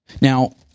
Now